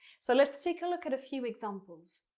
so let's take a look at a few examples.